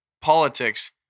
politics